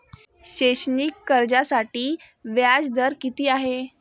शैक्षणिक कर्जासाठी व्याज दर किती आहे?